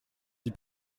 die